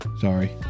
Sorry